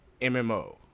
mmo